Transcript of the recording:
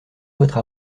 votre